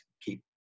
keep